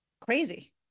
crazy